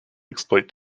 exploit